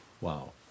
Wow